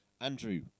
Andrew